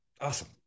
awesome